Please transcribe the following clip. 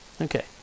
Okay